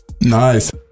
Nice